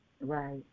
Right